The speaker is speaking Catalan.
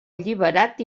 alliberat